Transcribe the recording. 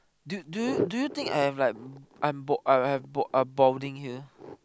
do do you do you think I am like I'm bald I have have bald I'm balding here